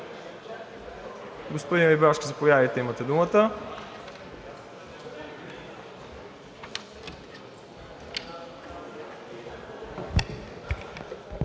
Господин Рибарски, заповядайте – имате думата.